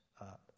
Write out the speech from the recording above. up